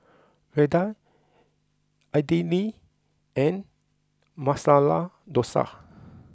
Raita Idili and Masala Dosa